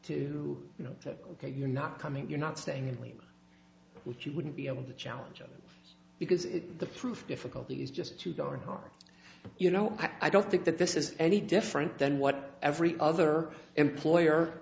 to you know ok you're not coming you're not saying in which you wouldn't be able to challenge it because it's the proof difficultly is just too darn hard you know i don't think that this is any different than what every other employer